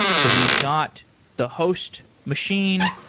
so, we've got the host machine.